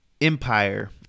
Empire